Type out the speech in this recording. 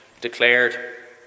declared